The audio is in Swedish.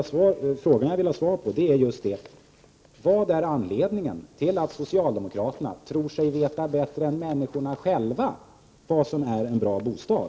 Den fråga som jag vill ha svar på är just: Vad är anledningen till att socialdemokraterna tror sig veta bättre än människorna själva vad som är en bra bostad?